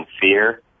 fear